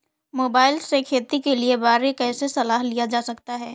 Mobile से खेती के बारे कैसे सलाह लिया जा सकता है?